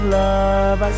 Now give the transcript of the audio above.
love